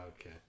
Okay